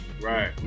Right